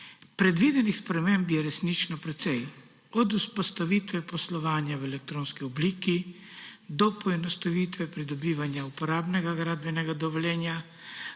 Predvidenih sprememb je resnično precej, od vzpostavitve poslovanja v elektronski obliki do poenostavitve pridobivanja uporabnega gradbenega dovoljenja